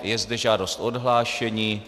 Je zde žádost o odhlášení.